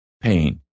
Pain